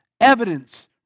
evidence